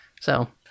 So-